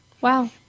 Wow